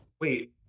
wait